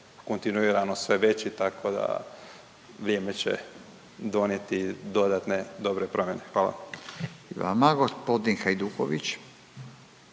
kontinuirano sve veći tako da vrijeme će donijeti dodatne dobre promjene. Hvala. **Radin, Furio